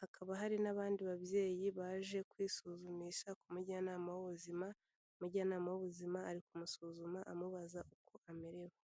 hakaba hari n'abandi babyeyi baje kwisuzumisha ku mujyanama w'ubuzima, umujyanama w'ubuzima ari kumusuzuma amubaza uko amerewe.